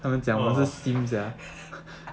uh